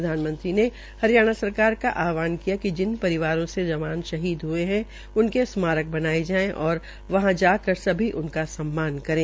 प्रधांनमंत्री ने हरियाणा सरकार का आहवान किया कि जिन परिवारों से जवान शहीद हये है उनके स्मारक बनाये जाये और वहां जाकर सभी उनका सम्मान करे